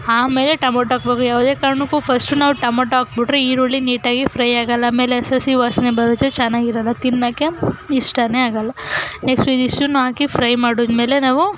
ಆಮೇಲೆ ಟೊಮೊಟೊ ಹಾಕ್ಬೇಕು ಯಾವುದೇ ಕಾರಣಕ್ಕೂ ಫಸ್ಟು ನಾವು ಟೊಮೊಟೊ ಹಾಕ್ಬಿಟ್ರೆ ಈರುಳ್ಳಿ ನೀಟಾಗಿ ಫ್ರೈ ಆಗೋಲ್ಲ ಆಮೇಲೆ ಹಸಿ ಹಸಿ ವಾಸನೆ ಬರುತ್ತೆ ಚೆನ್ನಾಗಿರೋಲ್ಲ ತಿನ್ನೋಕ್ಕೆ ಇಷ್ಟವೇ ಆಗೋಲ್ಲ ನೆಕ್ಸ್ಟು ಇದಿಷ್ಟೂ ಹಾಕಿ ಫ್ರೈ ಮಾಡಿದ್ಮೇಲೆ ನಾವು